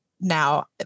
now